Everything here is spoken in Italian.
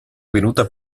venuta